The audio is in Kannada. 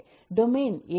ಡೊಮೇನ್ ಏನು ಹೇಳುತ್ತಿದೆ